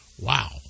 Wow